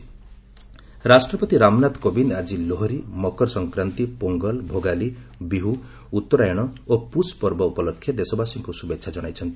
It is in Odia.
ପ୍ରେଜ୍ ଗ୍ରିଟିଙ୍ଗ୍ସ୍ ରାଷ୍ଟ୍ରପତି ରାମନାଥ କୋବିନ୍ଦ୍ ଆଜି ଲେହରି ମକର ସଂକ୍ରାନ୍ତି ପୋଙ୍ଗଲ୍ ଭୋଗାଲି ବିହୁ ଉତ୍ତରାୟଣ ଓ ପୁଷ୍ ପର୍ବ ଉପଲକ୍ଷେ ଦେଶବାସୀଙ୍କୁ ଶୁଭେଚ୍ଛା ଜଣାଇଛନ୍ତି